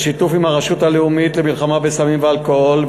בשיתוף עם הרשות הלאומית למלחמה בסמים ואלכוהול,